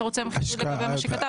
אתה רוצה --- על מה שכתבתנו.